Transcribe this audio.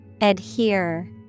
Adhere